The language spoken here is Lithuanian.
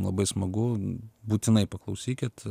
labai smagu būtinai paklausykit